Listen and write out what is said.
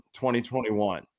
2021